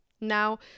Now